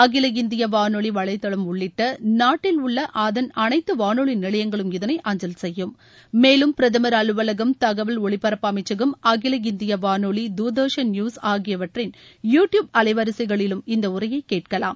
அகில இந்திய வானொலி வலைதளம் உள்ளிட்ட நாட்டில் உள்ள அதன் அனைத்து வானொலி நிலையங்களும் இதனை அஞ்சல் செய்யும் மேலும் பிரதமர் அலுவலகம் தகவல் ஒலிபரப்பு அமைச்சகம் அகில இந்திய வானொலி தூர்தர்ஷன் நியூஸ் ஆகியவற்றின் யூ டியூப் அலைவரிசைகளிலும் இந்த உரையை கேட்கலாம்